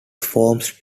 forms